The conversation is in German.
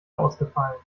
ausgefallen